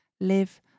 Live